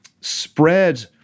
spread